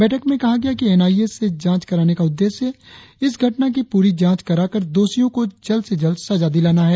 बैठक में कहा गया कि एन आई ए से जांच कराने का उद्देश्य इस घटना की पूरी जांच कराकर दोषियों को जल्द से जल्द सजा दिलाना है